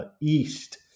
east